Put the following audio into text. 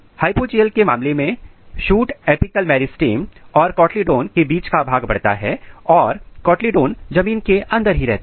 hypogeal के मामले में शूट अपिकल मेरिस्टम और कोटलीडॉन के बीच का भाग बढ़ता है और कोटलीडॉन जमीन के अंदर ही रहते हैं